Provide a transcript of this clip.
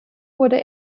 wurde